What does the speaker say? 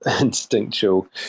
instinctual